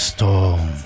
Storm